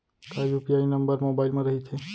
का UPI number mobile म रहिथे?